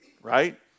right